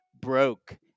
broke